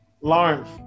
Lawrence